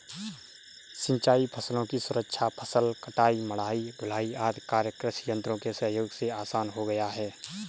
सिंचाई फसलों की सुरक्षा, फसल कटाई, मढ़ाई, ढुलाई आदि कार्य कृषि यन्त्रों के सहयोग से आसान हो गया है